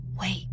wait